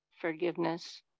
forgiveness